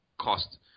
cost